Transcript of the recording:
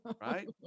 Right